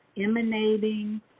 emanating